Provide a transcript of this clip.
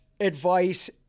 advice